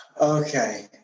okay